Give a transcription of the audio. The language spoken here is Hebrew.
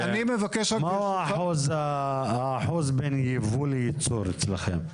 מה האחוז בין ייבוא לייצור אצלכם?